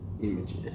Images